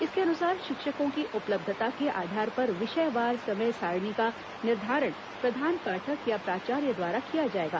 इसके अनुसार शिक्षकों की उपलब्धता के आधार पर विषयवार समय सारणी का निर्धारण प्रधान पाठक या प्राचार्य द्वारा किया जाएगा